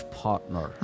partner